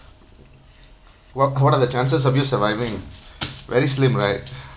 what what are the chances of you surviving very slim right